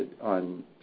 on